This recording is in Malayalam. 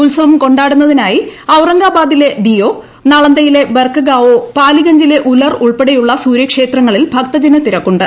ഉത്സവം കൊണ്ടാടുന്നതിനായി ഔറംഗാബാദിലെ ദിയോ നളന്ദയിലെ ബർകഗാവോ പാലിഗഞ്ചിലെ ഉലർ ഉൾപ്പെടെയുള്ള സൂര്യക്ഷേത്രങ്ങളിൽ ഭക്തജനത്തിരക്കുണ്ട്